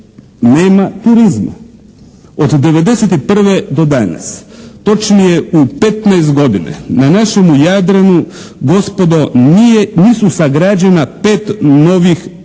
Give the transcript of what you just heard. nema turizma. Od '91. do danas, točnije u 15 godina na našemu Jadranu gospodo nisu sagrađena pet novih, nije